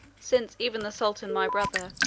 since even the sultan my brother,